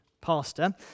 pastor